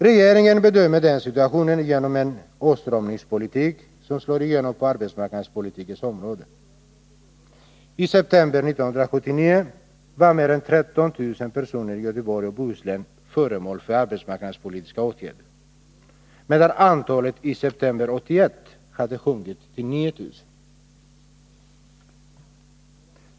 Regeringen bemöter den sitautionen genom en åtstramningspolitik som slår igenom på arbetsmarknadspolitikens område. I september 1979 var mer än 13 000 personer i Göteborgs och Bohus län föremål för arbetsmarknadspolitiska åtgärder, medan antalet i september 1981 hade sjunkit till 9 000.